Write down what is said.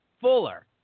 Fuller